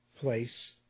place